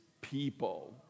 people